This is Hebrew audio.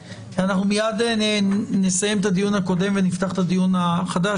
מיד נסיים את הדיון הקודם ונפתח את הדיון החדש.